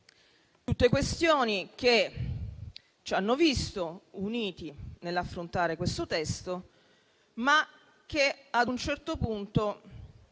Tutte questioni che ci hanno visto uniti nell'affrontare questo testo, ma che ad un certo punto,